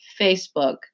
Facebook